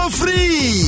free